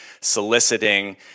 soliciting